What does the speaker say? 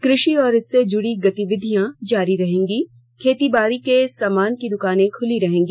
क्रषि और इससे जुड़ी गतिविधियां जारी रहेंगी खेतीबाड़ी के सामान की दुकाने खुली रहेंगी